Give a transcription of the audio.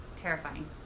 Terrifying